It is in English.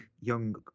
young